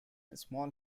small